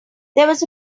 was